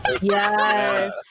Yes